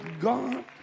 God